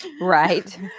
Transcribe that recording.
right